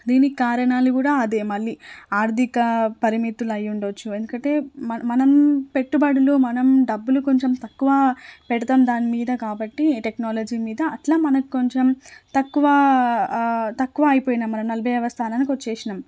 దీనికి కారణాలు కూడా అదే మళ్ళీ ఆర్థిక పరిమితులయ్యుండొచ్చు ఎందుకంటే మనం పెట్టుబడులు మనం డబ్బులు కొంచెం తక్కువ పెడతాం దాని మీద కాబట్టి టెక్నాలజీ మీద అట్లా మనక్కొంచెం తక్కువ తక్కువ అయ్యిపోయినాం మనం నలభైవ స్థానానికి వచ్చేసినాం